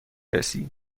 رسی